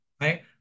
right